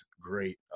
great